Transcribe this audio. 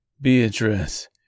Beatrice